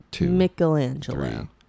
Michelangelo